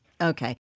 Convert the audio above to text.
Okay